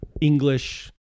English